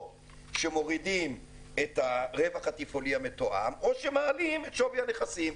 או שמורידים את הרווח התפעולי המתואם או שמעלים את שווי הנכסים.